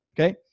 Okay